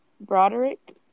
broderick